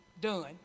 done